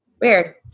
Weird